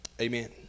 Amen